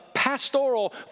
pastoral